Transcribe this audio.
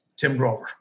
timgrover